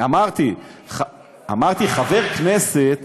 אמרתי שחבר כנסת,